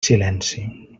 silenci